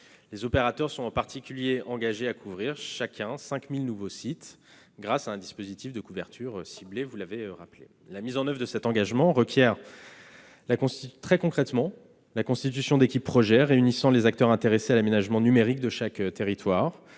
Les opérateurs se sont en particulier engagés à couvrir chacun 5 000 nouveaux sites grâce à un dispositif de couverture ciblée, comme vous l'avez rappelé. La mise en oeuvre de cet engagement requiert très concrètement la constitution d'équipes « projets » réunissant les acteurs intéressés à l'aménagement numérique de chaque territoire,